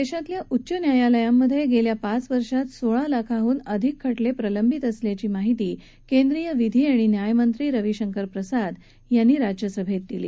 देशातल्या उच्च न्यायालयांमधे गेल्या पाच वर्षात सोळा लाखाहून अधिक खटले प्रलंबित असल्याची माहिती केंद्रीय कायदा आणि न्याय मंत्री रविशंकर प्रसाद यांनी आज राज्यसभेत दिली